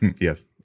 Yes